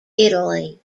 italy